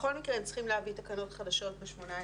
בכל מקרה הם צריכים להביא תקנות חדשות ב-18.